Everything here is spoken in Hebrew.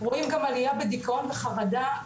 רואים גם עלייה בדיכאון וחרדה,